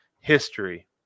history